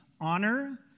honor